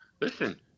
Listen